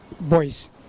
boys